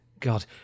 God